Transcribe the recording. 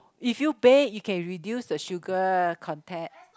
if you bake you can reduce the sugar content